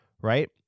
right